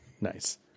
nice